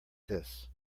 this